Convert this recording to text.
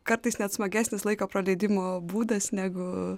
kartais net smagesnis laiko praleidimo būdas negu